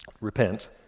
repent